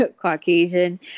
Caucasian